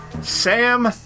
Sam